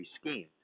scheme